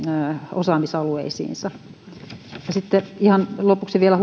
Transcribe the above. osaamisalueisiinsa ihan lopuksi vielä